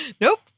Nope